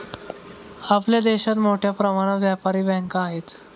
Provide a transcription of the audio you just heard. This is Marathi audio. आपल्या देशात मोठ्या प्रमाणात व्यापारी बँका आहेत